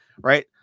right